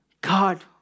God